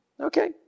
Okay